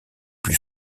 plus